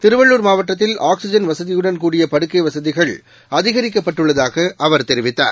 திருவள்ளுர் மாவட்டத்தில் ஆக்ஸிஜன் வசதியுடன் கூடிய படுக்கைவசதிகள் அதிகரிக்கப்பட்டுள்ளதாகஅவர் தெரிவித்தார்